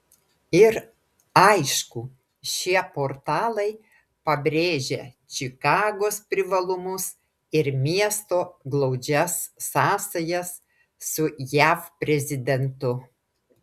ir aišku šie portalai pabrėžia čikagos privalumus ir miesto glaudžias sąsajas su jav prezidentu